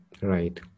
Right